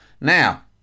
Now